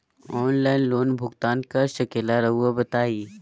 Online loan भुगतान कर सकेला राउआ बताई?